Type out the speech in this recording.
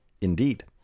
Indeed